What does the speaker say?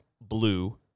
blue